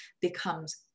becomes